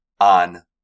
on